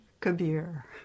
Kabir